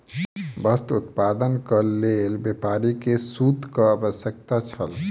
वस्त्र उत्पादनक लेल व्यापारी के सूतक आवश्यकता छल